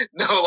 no